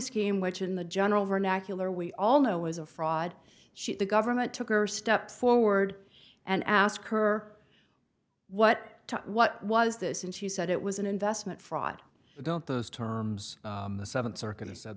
scheme which in the general vernacular we all know was a fraud she the government took or steps forward and asked her what to what was this and she said it was an investment fraud i don't those terms the seven circus of